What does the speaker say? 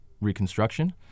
reconstruction